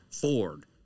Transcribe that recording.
Ford